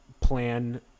plan